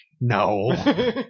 No